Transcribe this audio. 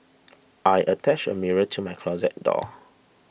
I attached a mirror to my closet door